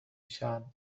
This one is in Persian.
شوند